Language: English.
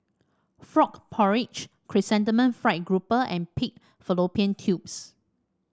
Frog Porridge Chrysanthemum Fried Grouper and Pig Fallopian Tubes